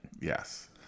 Yes